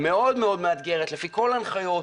מאוד מאוד מאתגרת, לפי כל ההנחיות.